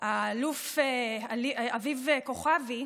האלוף אביב כוכבי,